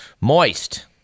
moist